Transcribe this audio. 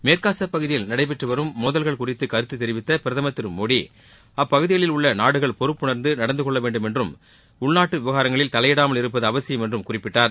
மேற்காசிய பகுதியில் நடைபெற்று வரும் மோதல்கள் குறித்து கருத்து தெரிவித்த பிரதமர் திரு மோடி அப்பகுதியில் உள்ள நாடுகள் பொறுப்புணர்ந்து நடந்துகொள்ளவேண்டும் என்றும் உள்நாட்டு விவகாரங்களில் தலையிடாமல் இருப்பது அவசியம் என்றும் குறிப்பிட்டார்